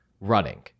running